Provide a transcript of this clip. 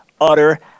utter